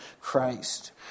Christ